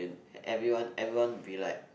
and everyone everyone be like